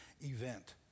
event